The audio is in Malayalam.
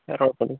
ആ കുഴപ്പമില്ല